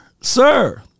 sir